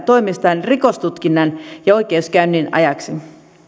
toimestaan rikostutkinnan ja oikeudenkäynnin ajaksi